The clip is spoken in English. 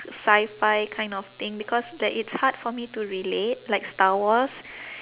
sci-fi kind of thing because that it's hard for me to relate like star wars